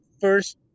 first